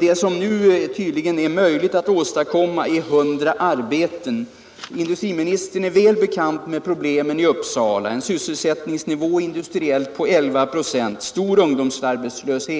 Det som nu tydligen är möjligt att åstadkomma är 100 arbeten. Industriministern är väl bekant med problemen i Uppsala, där man har en industriell nivå på 11 96 och stor ungdomsarbetslöshet.